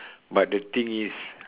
but the thing is